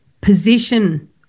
position